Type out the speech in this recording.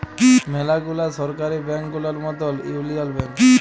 ম্যালা গুলা সরকারি ব্যাংক গুলার মতল ইউলিয়াল ব্যাংক